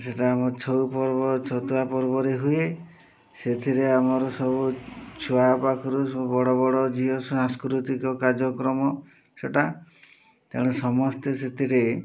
ସେଇଟା ଆମ ଛଉ ପର୍ବ ଛତୁଆ ପର୍ବରେ ହୁଏ ସେଥିରେ ଆମର ସବୁ ଛୁଆ ପାଖରୁ ସବୁ ବଡ଼ ବଡ଼ ଝିଅ ସାଂସ୍କୃତିକ କାର୍ଯ୍ୟକ୍ରମ ସେଇଟା ତେଣୁ ସମସ୍ତେ ସେଥିରେ